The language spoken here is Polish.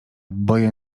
boję